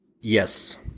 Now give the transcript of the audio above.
yes